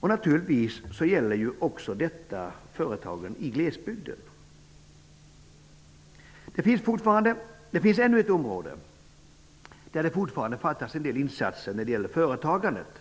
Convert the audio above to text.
Naturligtvis gäller det då också företagen i glesbygden. Det finns ytterligare ett område där det fortfarande fattas en del insatser när det gäller företagandet.